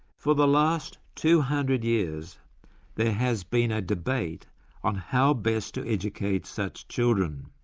for the last two hundred years there has been a debate on how best to educate such children.